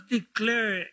declare